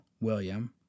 William